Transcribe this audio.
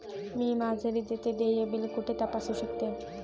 मी माझे विजेचे देय बिल कुठे तपासू शकते?